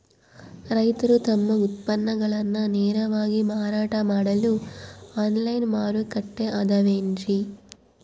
ರೈತರು ತಮ್ಮ ಉತ್ಪನ್ನಗಳನ್ನ ನೇರವಾಗಿ ಮಾರಾಟ ಮಾಡಲು ಆನ್ಲೈನ್ ಮಾರುಕಟ್ಟೆ ಅದವೇನ್ರಿ?